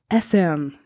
SM